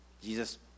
Jesus